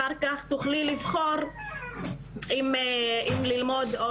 אחר כך תוכלי לבחור אם ללמוד.